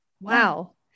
Wow